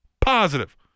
positive